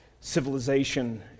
civilization